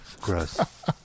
Gross